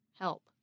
help